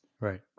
Right